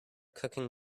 cooking